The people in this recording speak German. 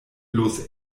los